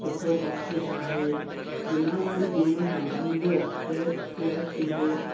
सुठो पक्ष छा आहे दिमाग़ु वारी गेम सां मुंहिंजो स्ट्रैस लैस थींदो